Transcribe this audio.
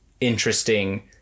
interesting